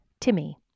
Timmy